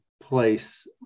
place